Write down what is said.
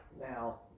now